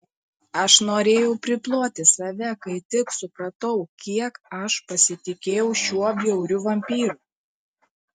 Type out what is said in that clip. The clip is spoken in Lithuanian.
aš norėjau priploti save kai tik supratau kiek aš pasitikėjau šiuo bjauriu vampyru